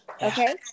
Okay